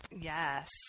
Yes